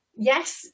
Yes